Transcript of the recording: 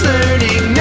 Learning